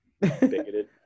bigoted